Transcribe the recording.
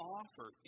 offer